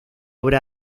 obra